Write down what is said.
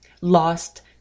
Lost